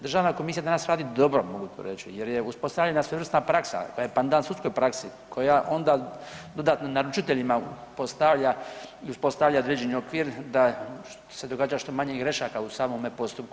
Državna komisija danas radi dobro mogu to reći jer je uspostavljena svojevrsna praksa pa je pandan sudskoj praksi koja onda dodatno naručiteljima postavlja i uspostavlja određeni okvir da se događa što manje grešaka u samome postupku.